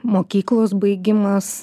mokyklos baigimas